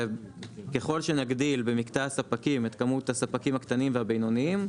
ככל שנגדיל במקטע הספקים את כמות הספקים הקטנים והבינויים,